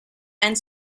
and